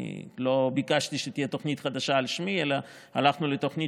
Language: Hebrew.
אני לא ביקשתי שתהיה תוכנית חדשה על שמי אלא הלכנו לתוכנית